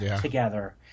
together